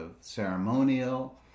ceremonial